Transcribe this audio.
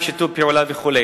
עם שיתוף פעולה וכו'.